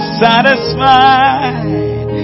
satisfied